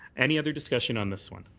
any other discussion on this one?